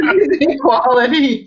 equality